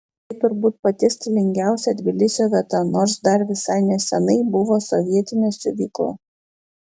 tai turbūt pati stilingiausia tbilisio vieta nors dar visai neseniai buvo sovietinė siuvykla